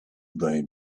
they